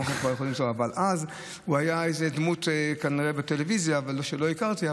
אבל אז הוא היה כנראה איזו דמות בטלוויזיה שלא הכרתי.